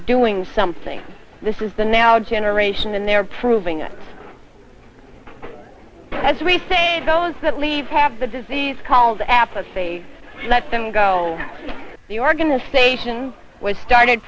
doing something this is the now generation and they are proving it as we say those that leave have the disease called apathy let them go the organization was started